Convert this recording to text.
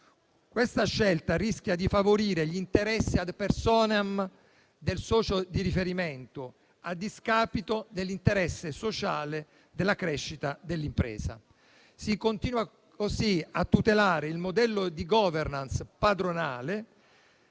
Questa scelta, infatti, rischia di favorire gli interessi *ad personam* del socio di riferimento, a discapito dell'interesse sociale e della crescita dell'impresa. Si continua così a tutelare il modello di *governance* padronale,